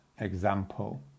example